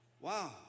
Wow